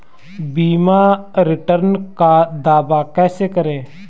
बीमा रिटर्न का दावा कैसे करें?